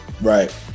right